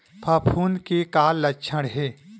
फफूंद के का लक्षण हे?